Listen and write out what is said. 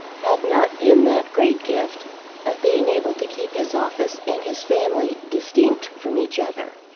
had not been that great gift of being able to keep his office and his family distinct from each other.